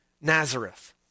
Nazareth